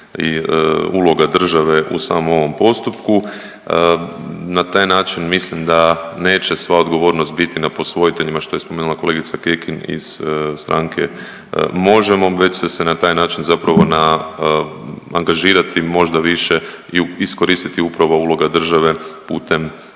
i uloga države u samom ovom postupku. Na taj način mislim da neće sva odgovornost biti na posvojiteljima što je spominjala kolegica Kekin iz stranke Možemo već će se na taj način zapravo na angažirati možda više i iskoristiti upravo uloga države putem